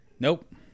Nope